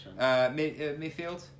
midfield